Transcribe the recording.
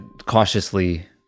cautiously